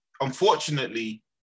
unfortunately